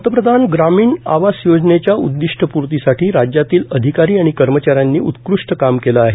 पंतप्रधान ग्रामीण आवास योजनेच्या उददिष्टपूर्तीसाठी राज्यातील अधिकारी आणि कर्मचाऱ्यांनी उत्कृष्ट काम केलं आहे